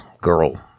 girl